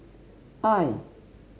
I